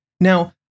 Now